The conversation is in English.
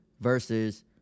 versus